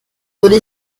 würde